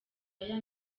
aya